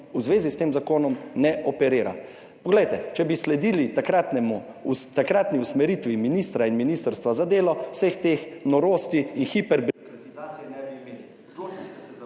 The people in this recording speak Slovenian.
v zvezi s tem zakonom ne operira. Poglejte, če bi sledili takratni usmeritvi ministra in ministrstva za delo, vseh teh norosti in hiper… /izklop